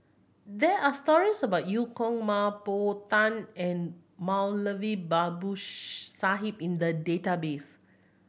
there are stories about Eu Kong Mah Bow Tan and Moulavi Babu Sahib in the database